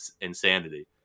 insanity